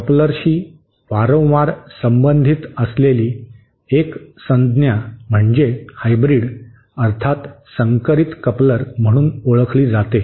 कपलर्सशी वारंवार संबंधित असलेली एक संज्ञा म्हणजे हायब्रीड अर्थात संकरित कपलर म्हणून ओळखली जाते